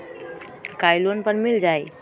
का इ लोन पर मिल जाइ?